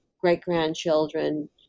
great-grandchildren